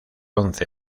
once